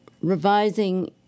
revising